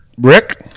Rick